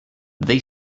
they